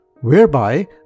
whereby